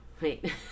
wait